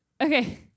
Okay